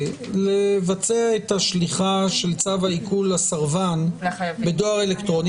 לבצע את השליחה של צו העיקול לסרבן בדואר אלקטרוני,